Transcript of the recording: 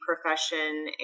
profession